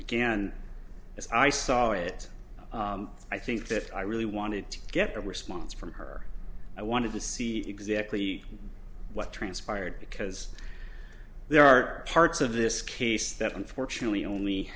again as i saw it i think that i really wanted to get a response from her i wanted to see exactly what transpired because there are parts of this case that unfortunately only